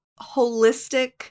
holistic